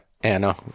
Anna